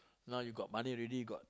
now you got money already got